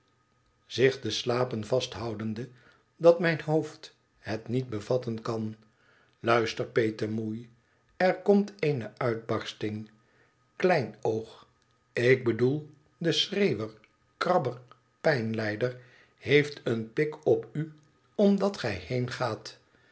zich de slapen vasthoudende idat mijn hoofd het niet bevatten kan luister petemoei er komt eene uitbarsting kleinoog ik bedoel den schreeuwer krabber pijnlijder heeft een pik op u omdat gij